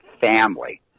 family